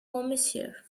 commissaire